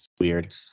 weird